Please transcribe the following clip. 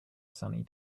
sunny